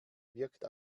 wirkt